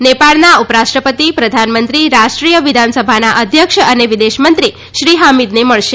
નેપાળના ઉપરાષ્ટ્રપતિ પ્રધાનમંત્રી રાષ્ટ્રીય વિધાનસભાના અધ્યક્ષ અને વિદેશમંત્રી શ્રી હામિદને મળશે